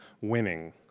winning